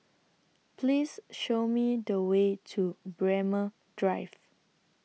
Please Show Me The Way to Braemar Drive